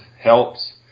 helps